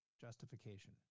justification